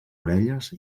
orelles